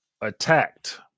attacked